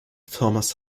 thomas